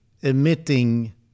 emitting